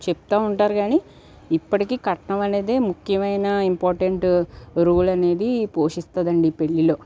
చెప్తా ఉంటారు కానీ ఇప్పడికి కట్నమనేదే ముఖ్యమైన ఇంపార్టెంట్ రోలనేది పోషిస్తుందండి పెళ్ళిలో